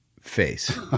face